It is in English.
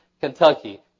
Kentucky